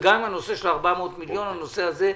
גם הנושא של ה-400 מיליון הנושא הזה,